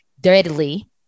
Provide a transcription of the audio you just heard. deadly